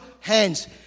hands